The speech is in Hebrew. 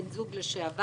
בן זוג לשעבר,